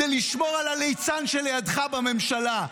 כדי לשמור על הליצן שלידך בממשלה.